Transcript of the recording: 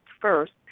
first